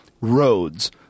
roads